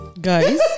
Guys